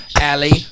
Alley